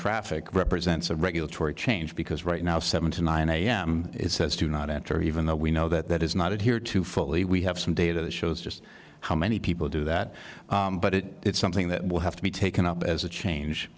traffic represents a regulatory change because right now seven to nine am says do not enter even though we know that that is not adhere to fully we have some data that shows just how many people do that but it is something that will have to be taken up as a change